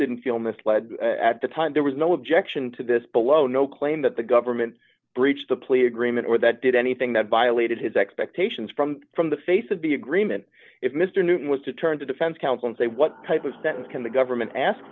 didn't feel misled at the time there was no objection to this below no claim that the government breached the plea agreement or that did anything that violated his expectations from from the face of the agreement if mr newton was to turn to defense counsel and say what type of sentence can the government ask